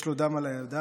יש לו דם על הידיים.